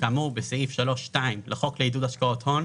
כאמור בסעיף 3(2) לחוק לעידוד השקעות הון,